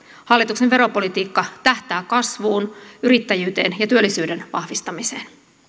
hallituksen veropolitiikka tähtää kasvuun yrittäjyyteen ja työllisyyden vahvistamiseen